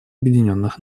объединенных